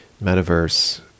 metaverse